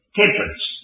temperance